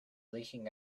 leaking